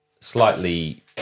slightly